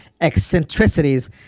eccentricities